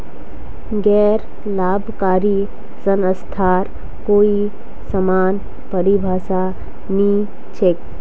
गैर लाभकारी संस्थार कोई समान परिभाषा नी छेक